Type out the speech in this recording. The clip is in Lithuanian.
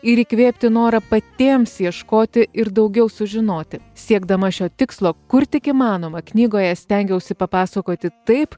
ir įkvėpti norą patiems ieškoti ir daugiau sužinoti siekdama šio tikslo kur tik įmanoma knygoje stengiausi papasakoti taip